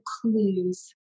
clues